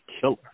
killer